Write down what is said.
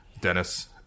Dennis